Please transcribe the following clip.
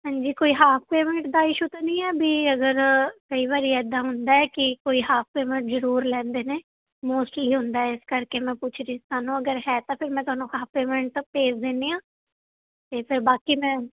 ਹਾਂਜੀ ਕੋਈ half payment ਦਾ ਇਸ਼ੂ ਤਾਂ ਨਹੀਂ ਹੈ ਬਈ ਅਗਰ ਕਈ ਵਾਰੀ ਇੱਦਾਂ ਹੁੰਦਾ ਕਿ ਕੋਈ ਹਾਫ ਪੇਮੈਂਟ ਜ਼ਰੂਰ ਲੈਂਦੇ ਨੇ ਮੋਸਟਲੀ ਹੁੰਦਾ ਇਸ ਕਰਕੇ ਮੈਂ ਪੁੱਛਦੀ ਤੁਹਾਨੂੰ ਅਗਰ ਹੈ ਤਾਂ ਫਿਰ ਮੈਂ ਤੁਹਾਨੂੰ ਹਾਫ ਪੇਮੈਂਟ ਭੇਜ ਦਿੰਦੀ ਹਾਂ ਅਤੇ ਫੇਰ ਬਾਕੀ ਮੈਂ